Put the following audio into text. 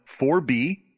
4B